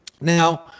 Now